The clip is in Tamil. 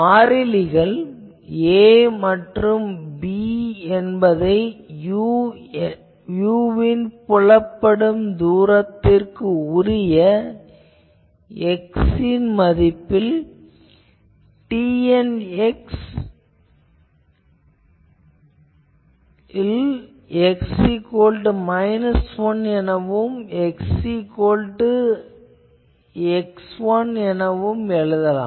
மாறிலிகள் a மற்றும் b என்பதை u வின் புலப்படும் தூரத்திற்குரிய x ன் மதிப்பில் TN ல் x 1 எனவும் x x1 எனவும் எழுதலாம்